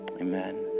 Amen